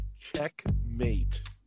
checkmate